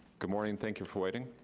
good morning, thank you for waiting.